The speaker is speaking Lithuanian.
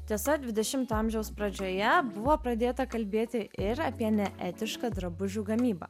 tiesa dvidešimto amžiaus pradžioje buvo pradėta kalbėti ir apie neetišką drabužių gamybą